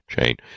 chain